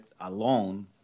alone